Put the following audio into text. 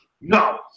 No